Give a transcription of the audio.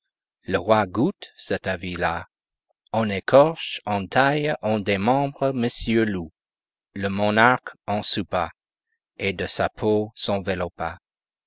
le roi goûte cet avis-là on écorche on taille on démembre messire loup le monarque en soupa et de sa peau